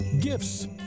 gifts